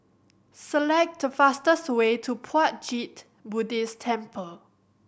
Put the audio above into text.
select the fastest way to Puat Jit Buddhist Temple